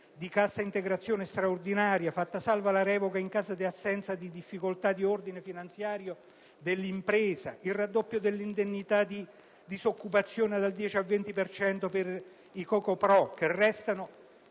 di cassa integrazione straordinaria, fatta salva la revoca in caso di assenza di difficoltà di ordine finanziario dell'impresa, il raddoppio dell'indennità di disoccupazione dal 10 al 20 per cento per i co.co. pro., che restano